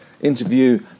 interview